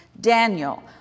Daniel